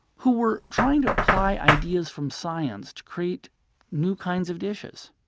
who were trying to apply ideas from science to create new kinds of dishes.